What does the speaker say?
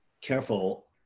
careful